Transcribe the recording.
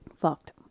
Fucked